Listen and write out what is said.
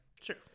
Sure